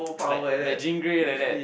like like Jean-Grey like that